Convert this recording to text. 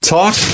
Talk